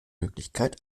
möglichkeit